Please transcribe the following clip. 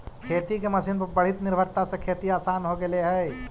खेती के मशीन पर बढ़ीत निर्भरता से खेती आसान हो गेले हई